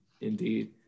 indeed